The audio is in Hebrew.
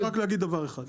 אני רצית רק להגיד דבר אחד,